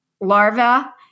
larva